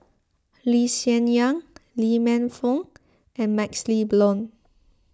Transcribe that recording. Lee Hsien Yang Lee Man Fong and MaxLe Blond